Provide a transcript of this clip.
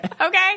Okay